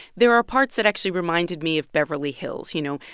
there are parts that actually reminded me of beverly hills you know,